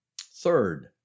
Third